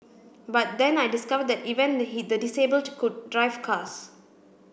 but then I discovered that even the the disabled could drive cars